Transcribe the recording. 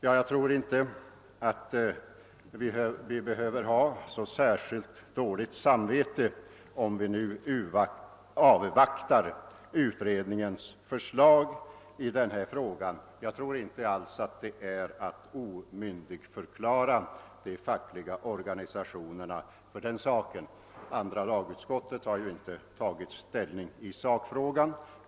Jag tror inte att vi behöver ha så särskilt dåligt samvete, om vi nu avvaktar utredningens förslag i denna fråga. Därmed omyndigförklarar man nog inte de fackliga organisationerna. Andra lagutskottet har inte tagit ställning i själva sakfrågan.